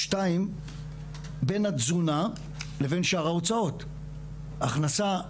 שתיים, בין התזונה לבין שאר ההוצאות, הכנסה,